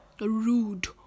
rude